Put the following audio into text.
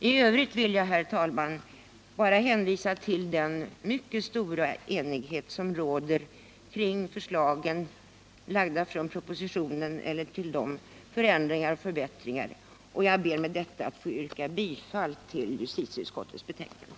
I övrigt vill jag, herr talman, bara hänvisa till den mycket stora enighet som råder om propositionens förslag samt om de förändringar och förbättringar som utskottet föreslår, och jag yrkar bifall till vad utskottet hemställt.